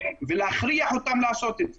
ולהכריח אותם לעשות את זה.